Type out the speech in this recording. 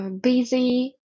busy